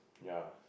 ya